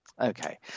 Okay